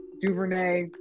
DuVernay